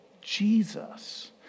Jesus